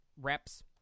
Reps